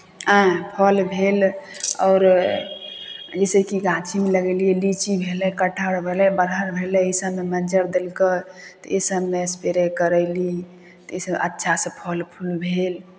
आयँ फल भेल आओर जैसेकि गाछीमे लगेली लीची भेलै कटहर भेलै बड़हर भेलै ईसभमे मज्जर देलकै तऽ ईसभमे स्प्रे करयली तऽ ईसभ अच्छासँ फल फूल भेल